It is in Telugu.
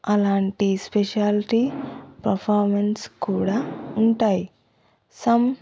అలాంటి స్పెషాల్టీ ఫర్ఫామెన్స్ కూడా ఉంటాయి సమ్